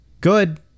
good